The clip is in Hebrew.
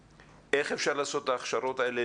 איך אפשר לעשות את ההכשרות האלה,